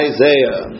Isaiah